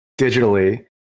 digitally